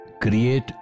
create